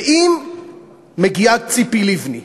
ואם מגיעה ציפי לבני,